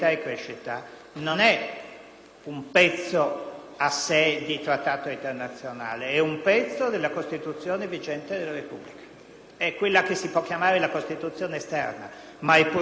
un pezzo a sé di trattato internazionale, è un pezzo della Costituzione vigente della Repubblica. È quella che si può chiamare la Costituzione esterna, ma è pur sempre un criterio costituzionale